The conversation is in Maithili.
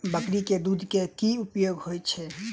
बकरी केँ दुध केँ की उपयोग होइ छै?